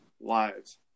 lives